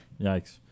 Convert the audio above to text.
Yikes